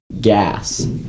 gas